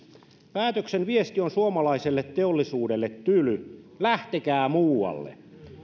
päätöksen viesti on suomalaiselle teollisuudelle tyly lähtekää muualle